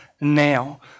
now